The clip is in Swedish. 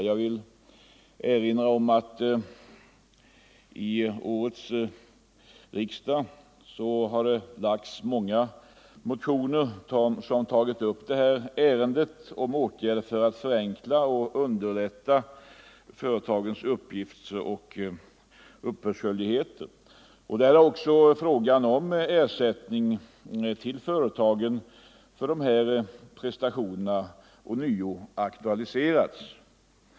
Jag vill erinra om att det till årets riksdag har väckts många motioner som tagit upp ärendet om åtgärder för att förenkla och underlätta företagens uppgiftsoch uppbördsskyldigheter. Därvid har även frågan om ersättning till företagen för dessa prestationer ånyo aktualiserats.